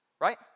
Right